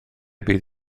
bydd